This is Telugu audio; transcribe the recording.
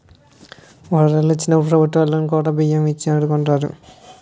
వరదలు వొచ్చినప్పుడు ప్రభుత్వవోలు కోటా బియ్యం ఇచ్చి ఆదుకుంటారు